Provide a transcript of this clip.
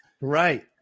Right